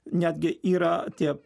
netgi yra tie